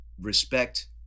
respect